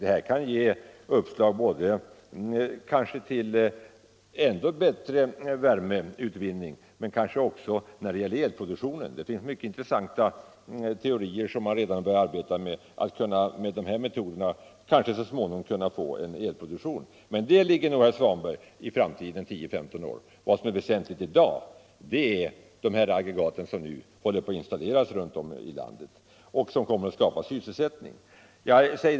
Detta kan ge uppslag kanske till ännu bättre värmeutvinning och även när det gäller elproduktionen. Det finns mycket intressanta teorier som man redan börjat arbeta med att genom de här metoderna kanske så småningom kunna få en elproduktion. Men det ligger nog, herr Svanberg, 10-15 år framåt i tiden. Vad som är väsentligt i dag är de aggregat som nu håller på att installeras runt om i landet och som kommer att skapa sysselsättning och mycket stora energioch kostnadsbesparingar.